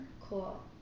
Cool